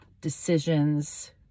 decisions